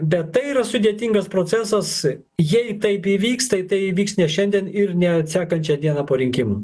bet tai yra sudėtingas procesas jei taip įvyks tai tai įvyks ne šiandien ir ne sekančią dieną po rinkimų